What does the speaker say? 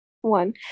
one